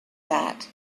that